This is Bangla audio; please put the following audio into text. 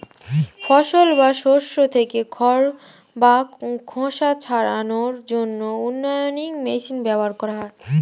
ফসল বা শস্য থেকে খড় বা খোসা ছাড়ানোর জন্য উইনউইং মেশিন ব্যবহার করা হয়